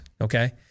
okay